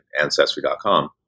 Ancestry.com